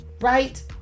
Right